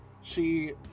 She-